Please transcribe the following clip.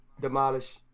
Demolish